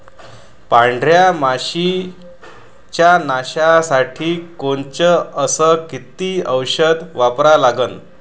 पांढऱ्या माशी च्या नाशा साठी कोनचं अस किती औषध वापरा लागते?